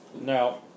Now